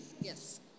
Yes